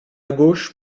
gauche